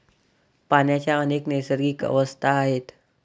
पाण्याच्या अनेक नैसर्गिक अवस्था आहेत